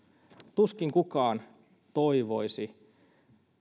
tuskin kukaan toivoisi